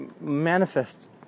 manifest